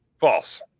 False